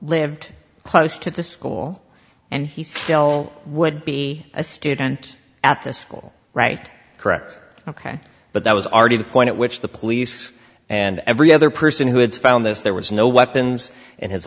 lived close to the school and he still would be a student at this school right correct ok but that was already the point at which the police and every other person who had found this there was no weapons in his